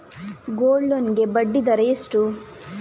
Gold loan ಗೆ ಬಡ್ಡಿ ದರ ಎಷ್ಟು?